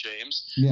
James